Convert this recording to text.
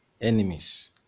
enemies